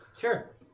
Sure